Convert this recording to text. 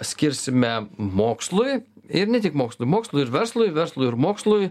skirsime mokslui ir ne tik mokslui mokslui ir verslui verslui ir mokslui